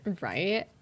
right